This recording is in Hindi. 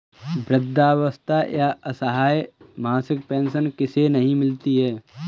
वृद्धावस्था या असहाय मासिक पेंशन किसे नहीं मिलती है?